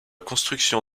construction